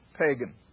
pagan